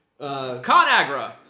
Conagra